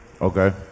Okay